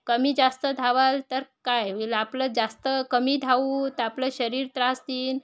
कमी जास्त धावाल तर काय होईल आपलं जास्त कमी धावू तर आपलं शरीर त्रास देईल